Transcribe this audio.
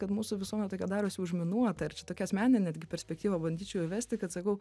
kad mūsų visuomenė tokia darosi užminuota ir čia tokia asmeninė netgi perspektyva bandyčiau įvesti kad sakau